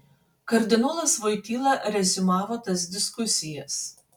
kardinolas voityla reziumavo tas diskusijas